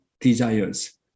desires